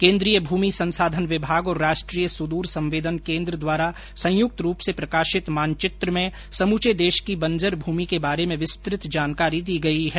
केन्द्रीय भूमि संसाधन विभाग और राष्ट्रीय सुदूर संवेदन केन्द्र द्वारा संयुक्त रूप से प्रकाशित मानचित्र में समुचे देश की बंजर भूमि के बारे में विस्तृत जानकारी दी गई है